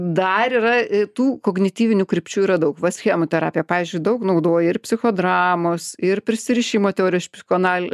dar yra e tų kognityvinių krypčių yra daug va su chemoterapija pavyzdžiui daug naudoja ir psichodramos ir prisirišimo teorijos psichoanal